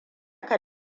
ka